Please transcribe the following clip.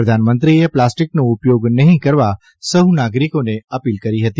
પ્રધાનમંત્રીએ પ્લાસ્ટીકનો ઉપયોગ નહી કરવા સહુ નાગરીકોને અપીલ કરી હતી